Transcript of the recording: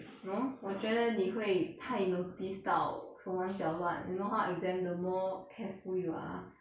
no 我觉得你会太 notice 到手忙脚乱 you know how exam the more careful you are